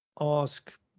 ask